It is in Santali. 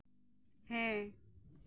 ᱦᱮᱸ